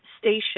station